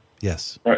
Yes